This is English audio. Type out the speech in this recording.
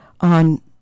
on